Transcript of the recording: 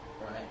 right